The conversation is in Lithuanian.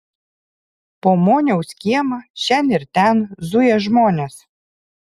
po moniaus kiemą šen ir ten zuja žmonės